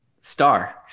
star